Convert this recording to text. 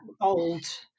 old